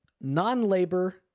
non-labor